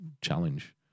challenge